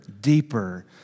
deeper